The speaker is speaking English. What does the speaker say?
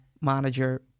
manager